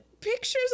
pictures